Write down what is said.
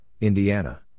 Indiana